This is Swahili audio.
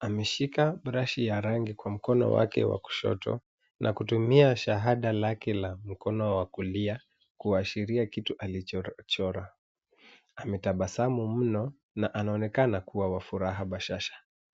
ameshika brashi ya rangi kwa mkono wake wa kushoto na kutumia shahada lake la mkono wa kulia kuashiria kitu alichochora. Ametabasamu mno na anaonekana kuwa wa furaha bashasha.